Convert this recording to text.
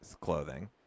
clothing